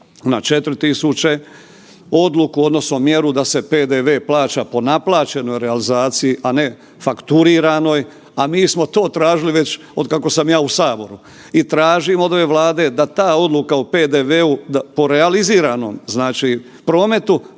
na 4.000,00, odluku odnosno mjeru da se PDV plaća po naplaćenoj realizaciji, a ne fakturiranoj, a mi smo to tražili već otkako sam ja u saboru. I tražim od ove Vlade da ta odluka o PDV-u da po realiziranom,